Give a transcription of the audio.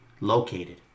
located